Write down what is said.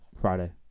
Friday